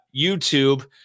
YouTube